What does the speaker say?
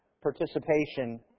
participation